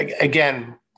again